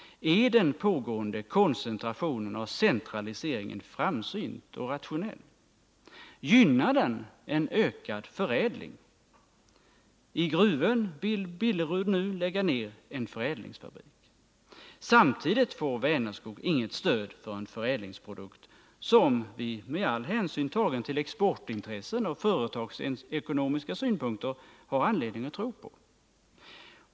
Är den pågående koncentrationen och centraliseringen framsynt och rationell? Gynnar den en ökad förädling? I Gruvön vill Billerud nu lägga ned en förädlingsfabrik. Samtidigt får Vänerskog inget stöd för en förädlingsprodukt som vi med all hänsyn tagen till exportintressen och företagsekonomiska synpunkter har anledning att tro på.